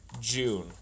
June